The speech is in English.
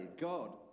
God